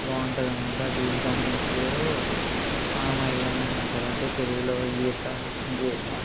బాగుంటుంది అన్నమాట అది దాని పేరు పామ్ ఐలాండ్ అని అంటారు అంటే తెలుగులో ఈత ద్వీపం